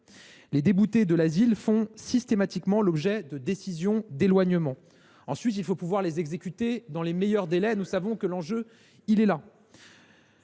Les déboutés de l’asile font systématiquement l’objet d’une décision d’éloignement, qu’il faut exécuter dans les meilleurs délais. Nous savons que l’enjeu est là.